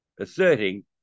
asserting